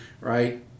right